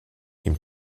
ihm